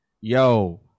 Yo